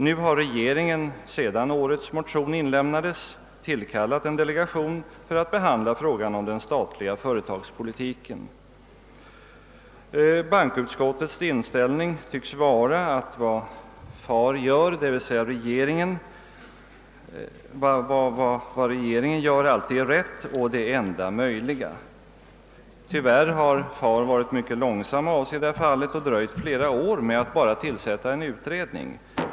Nu har regeringen efter det att årets motion inlämnades tillkallat en delegation för att behandla frågan om den statliga företagspolitiken. Bankoutskottets inställning tycks vara att vad far gör, dvs. vad regeringen gör, alltid är rätt och det enda möjliga. Tyvärr har far varit mycket långsam av sig i det fallet och dröjt flera år med att bara tillsätta en utredning.